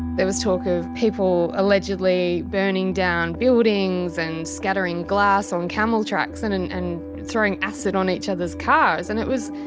there was talk of people allegedly burning down buildings and scattering glass on camel tracks and and and throwing acid on each other's cars and it was,